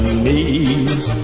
knees